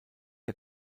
der